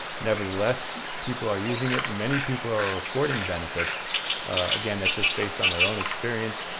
nevertheless people are using it. many people are reporting benefits again that's just based on their own experience,